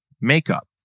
makeup